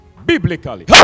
Biblically